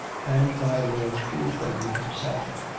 and my lord shrewsbury him self,